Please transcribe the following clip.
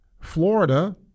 Florida